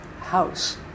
house